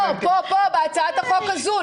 לא, פה, בהצעת החוק הזו.